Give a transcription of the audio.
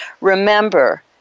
Remember